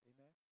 Amen